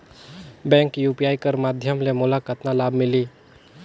Bank UPI कर माध्यम ले मोला कतना लाभ मिली?